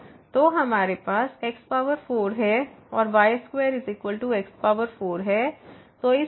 तो हमारे पास x4 है और y2 x4 है